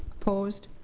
opposed?